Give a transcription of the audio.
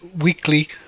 weekly